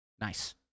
Nice